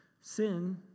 sin